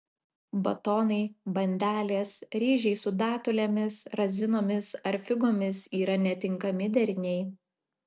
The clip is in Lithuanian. batonai bandelės ryžiai su datulėmis razinomis ar figomis yra netinkami deriniai